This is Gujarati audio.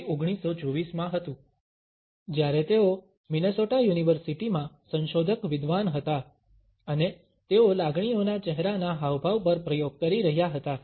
તે 1924 માં હતું જ્યારે તેઓ મિનેસોટા યુનિવર્સિટીમાં સંશોધક વિદ્વાન હતા અને તેઓ લાગણીઓના ચહેરાના હાવભાવ પર પ્રયોગ કરી રહ્યા હતા